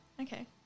Okay